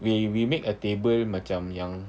we we make a table macam yang